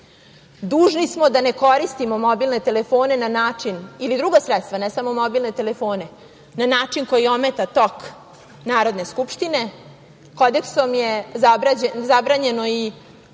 sredstva, ne samo mobilne telefone, na način koji ometa tok Narodne skupštine. Kodeksom je zabranjeno i